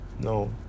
No